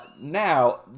Now